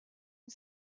une